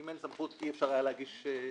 אם אין סמכות, אי-אפשר היה להגיש תביעות.